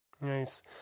Nice